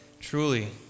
truly